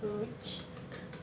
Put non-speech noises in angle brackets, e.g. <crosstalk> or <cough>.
<noise>